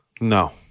No